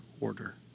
order